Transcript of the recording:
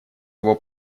его